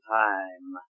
time